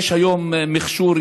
יש היום מכשור,